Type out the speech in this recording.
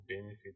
benefit